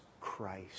Christ